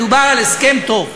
מדובר על הסכם טוב.